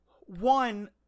one